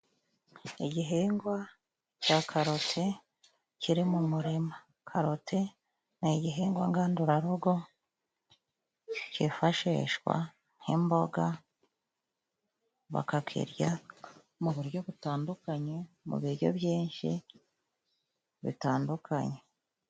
Igihingwa cya karote kiri mu murima, karote ni igihingwa ngandurarugo kifashishwa nk'imboga, ba ka kirya mu buryo butandukanye mu biryo byinshi bitandukanye.